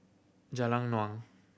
Jalan Naung